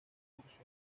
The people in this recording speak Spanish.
curso